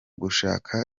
gushaka